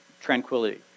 tranquility